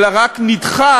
אלא רק נדחה.